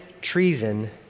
treason